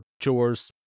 chores